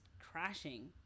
crashing